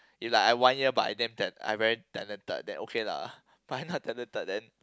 its like I one year but I damn I very talented then okay lah but I not talented then